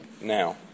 now